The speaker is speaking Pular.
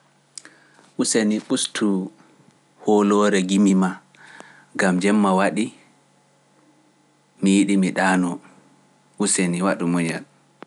Useni bustu holore gimi ma, gam jemma wadi. useni wadu munyal